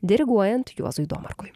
diriguojant juozui domarkui